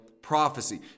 Prophecy